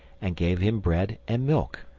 and gave him bread and milk,